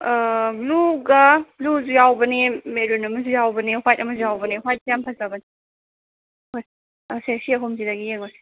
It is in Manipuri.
ꯕ꯭ꯂꯨꯒ ꯕ꯭ꯂꯨꯁꯨ ꯌꯥꯎꯕꯅꯦ ꯃꯦꯔꯨꯟ ꯑꯃꯁꯨ ꯌꯥꯎꯕꯅꯦ ꯍ꯭ꯋꯥꯏꯠ ꯑꯃꯁꯨ ꯌꯥꯎꯕꯅꯦ ꯍ꯭ꯋꯥꯏꯁꯦ ꯌꯥꯝꯅ ꯐꯖꯕꯅꯦ ꯍꯣꯏ ꯁꯦ ꯑꯍꯨꯝꯁꯤꯗꯒꯤ ꯌꯦꯡꯉꯣꯁꯦ